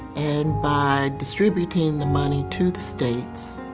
and by distributing the money to the states,